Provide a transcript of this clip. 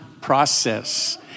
process